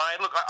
Look